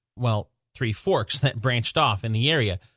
well, three forks that branched off in the area.